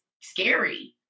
scary